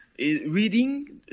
Reading